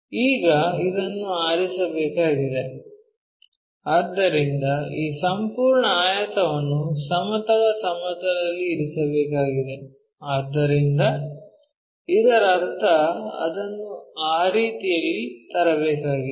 ಈಗ ಇದನ್ನು ಇರಿಸಬೇಕಾಗಿದೆ ಆದ್ದರಿಂದ ಈ ಸಂಪೂರ್ಣ ಆಯತವನ್ನು ಸಮತಲ ಸಮತಲದಲ್ಲಿ ಇರಿಸಬೇಕಾಗಿದೆ ಆದ್ದರಿಂದ ಇದರರ್ಥ ಅದನ್ನು ಆ ರೀತಿಯಲ್ಲಿ ತರಬೇಕಾಗಿದೆ